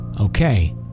Okay